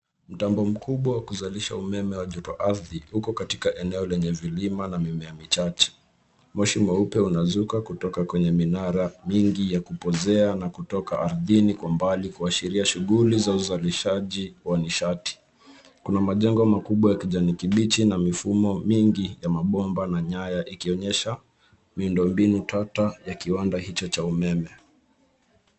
Mtambo mkubwa wa kuzalisha umeme wa joto ardhi uko katika eneo lenye vilima na mimea michache. Moshi mweupe unazuka kutoka kwenye minara mingi ya kupozea na kutoka ardhini kwa mbali, kuashiria shughuli za uzalishaji wa nishati. Kuna majengo makubwa ya kijani kibichi na mifumo mingi ya mabomba na nyaya, ikionyesha miundo mbinu tata ya kiwanda hicho cha umeme.